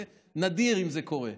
נדיר שזה קורה.